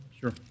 Sure